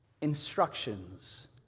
instructions